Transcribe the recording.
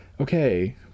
okay